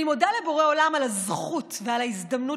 אני מודה לבורא עולם על הזכות ועל ההזדמנות